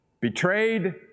betrayed